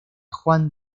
juan